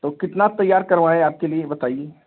तो कितना तैयार करवाएँ आपके लिए बताइए